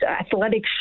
athletic